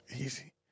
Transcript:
Easy